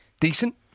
decent